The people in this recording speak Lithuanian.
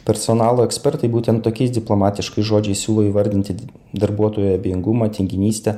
personalo ekspertai būtent tokiais diplomatiškais žodžiais siūlo įvardinti darbuotojų abejingumą tinginystę